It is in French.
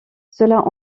cela